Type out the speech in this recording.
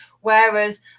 whereas